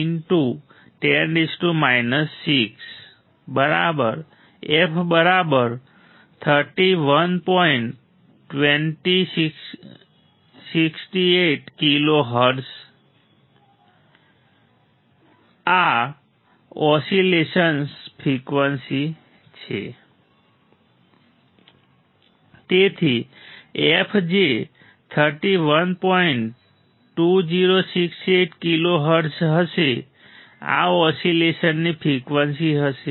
2068 kilo hertz હશે આ ઓસિલેશનની ફ્રિકવન્સી હશે